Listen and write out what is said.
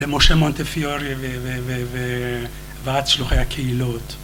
למשה מונטפיורי ובעד שלוחי הקהילות